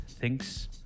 thinks